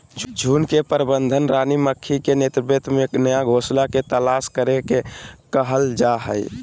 झुंड के प्रबंधन रानी मक्खी के नेतृत्व में नया घोंसला के तलाश करे के कहल जा हई